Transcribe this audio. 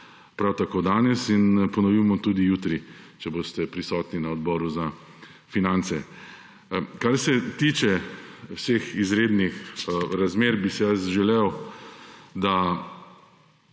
prav tako danes in ponovil bom tudi jutri, če boste prisotni na Odboru za finance. Kar se tiče vseh izrednih razmer, bi si jaz želel, da